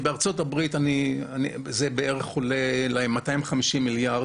בארצות הברית זה בערך עולה להם 250 מיליארד